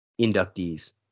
inductees